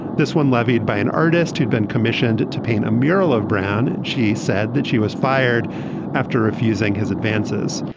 this one levied by an artist who'd been commissioned to paint a mural of brown. and she said that she was fired after refusing his advances.